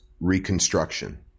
Reconstruction